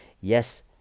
Yes